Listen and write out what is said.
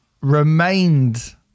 remained